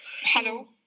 Hello